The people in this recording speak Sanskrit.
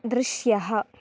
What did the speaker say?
दृश्यः